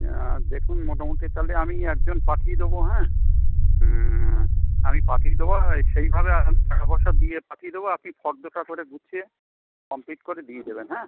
হ্যাঁ দেখুন মোটামুটি তাহলে আমি একজন পাঠিয়ে দেবো হ্যাঁ আমি পাঠিয়ে দেবো আর সেইভাবে আমি টাকা পয়সা দিয়ে পাঠিয়ে দেবো আপনি ফর্দটা করে গুছিয়ে কমপ্লিট করে দিয়ে দেবেন হ্যাঁ